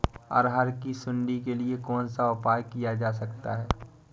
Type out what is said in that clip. अरहर की सुंडी के लिए कौन सा उपाय किया जा सकता है?